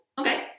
okay